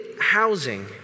housing